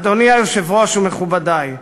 אדוני היושב-ראש ומכובדי,